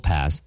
Pass